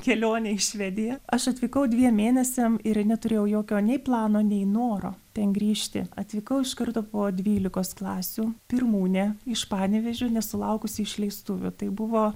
kelionė į švediją aš atvykau dviem mėnesiam ir neturėjau jokio nei plano nei noro ten grįžti atvykau iš karto po dvylikos klasių pirmūnė iš panevėžio nesulaukusi išleistuvių tai buvo